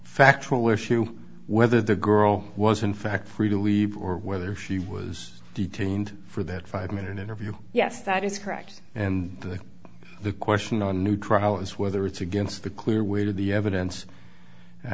factual issue whether the girl was in fact free to leave or whether she was detained for that five minute interview yes that is correct and the question on a new trial is whether it's against the clear weight of the